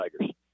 Tigers